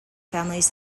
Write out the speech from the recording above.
families